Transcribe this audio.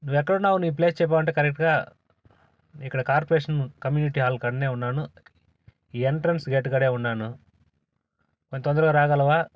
నువ్వు ఎక్కడున్నావో నీ ప్లేస్ చెప్పావంటే కరెక్ట్గా నేను ఇక్కడ కార్పొరేషన్ కమ్యూనిటీ హాల్ కాడనే ఉన్నాను ఎంట్రెన్స్ గేట్ కాడే ఉన్నాను కొంచెం తొందరగా రాగలవా